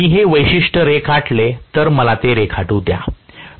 जर मी हे वैशिष्ट्य रेखाटले तर मला ते पुन्हा रेखाटू द्या